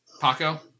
Paco